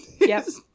Yes